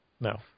No